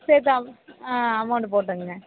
சரி தாம் அமௌண்ட்டு போட்டுருங்க